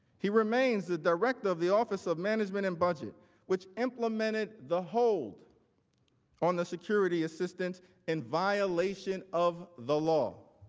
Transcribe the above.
he remains the director of the office of management and budget which implemented the hold on the security assistance in violation of the law.